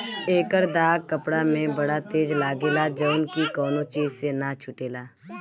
एकर दाग कपड़ा में बड़ा तेज लागेला जउन की कवनो चीज से ना छुटेला